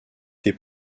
des